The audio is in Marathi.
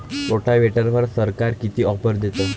रोटावेटरवर सरकार किती ऑफर देतं?